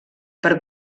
per